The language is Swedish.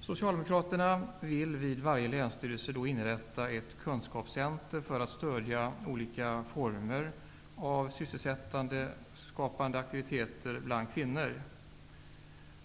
Socialdemokraterna vill vid varje länsstyrelse inrätta ett kunskapscenter för att stödja olika former av sysselsättningsskapande aktiviteter bland kvinnor.